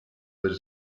del